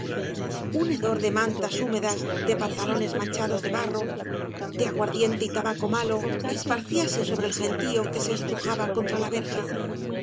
un hedor de mantas búinedas de pantalones manchados de barro de aguardiente y tabaco malo esparcíase sobre el gentío que se estrujaba contra la verja